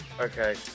okay